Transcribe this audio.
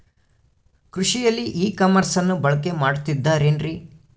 ಕೃಷಿಯಲ್ಲಿ ಇ ಕಾಮರ್ಸನ್ನ ಬಳಕೆ ಮಾಡುತ್ತಿದ್ದಾರೆ ಏನ್ರಿ?